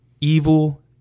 evil